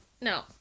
no